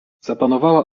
zapanowała